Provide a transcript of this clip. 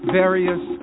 various